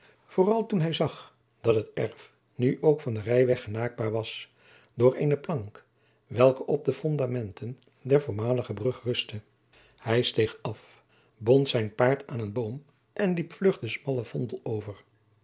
vooral toen hij zag dat het erf nu ook van den rijweg gejacob van lennep de pleegzoon naakbaar was door eene plank welke op de fondamenten der voormalige brug rustte hij steeg af bond zijn paard aan een boom en liep vlug den smallen vondel over